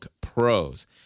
Pros